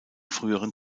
früheren